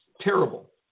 Terrible